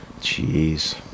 Jeez